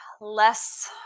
less